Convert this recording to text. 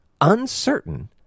uncertain